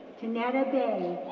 kenetta day,